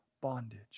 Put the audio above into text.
bondage